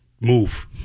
Move